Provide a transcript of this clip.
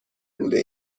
بوده